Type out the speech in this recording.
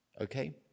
okay